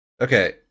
Okay